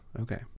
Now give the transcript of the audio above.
okay